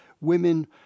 women